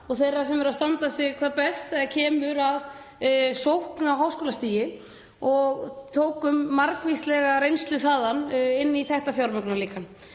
og þeirra sem eru að standa sig hvað best þegar kemur að sókn á háskólastigi og tókum margvíslega reynslu þaðan inn í þetta fjármögnunarlíkan.